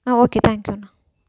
ஆ okay தேங்க்யூண்ணா